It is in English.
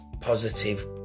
positive